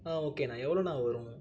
ஆ ஓகேண்ணா எவ்வளோண்ணா வரும்